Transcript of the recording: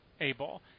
A-ball